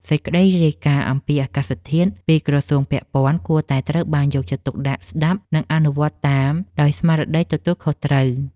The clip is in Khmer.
សេចក្តីរាយការណ៍អំពីអាកាសធាតុពីក្រសួងពាក់ព័ន្ធគួរតែត្រូវបានយកចិត្តទុកដាក់ស្ដាប់ និងអនុវត្តតាមដោយស្មារតីទទួលខុសត្រូវ។